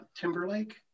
Timberlake